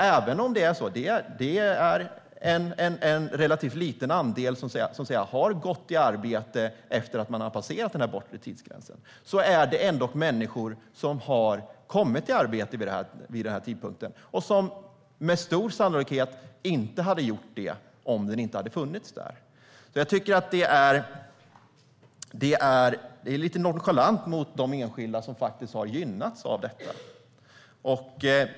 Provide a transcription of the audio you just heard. Även om det är en relativt liten andel som har gått tillbaka till arbete efter att ha passerat den bortre tidsgränsen är det ändå människor som har kommit i arbete vid denna tidpunkt och som med stor sannolikhet inte hade gjort det om den inte hade funnits där. Därför tycker jag att detta är lite nonchalant mot de enskilda människor som faktiskt har gynnats av detta.